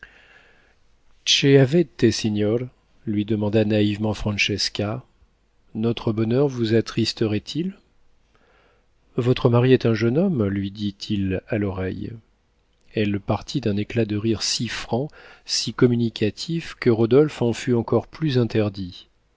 lui demanda naïvement francesca notre bonheur vous attristerait il votre mari est un jeune homme lui dit-il à l'oreille elle partit d'un éclat de rire si franc si communicatif que rodolphe en fut encore plus interdit